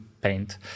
paint